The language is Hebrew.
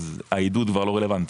אז העידוד כבר לא רלוונטי.